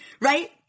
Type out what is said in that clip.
right